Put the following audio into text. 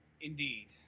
Indeed